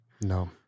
No